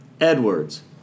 Edwards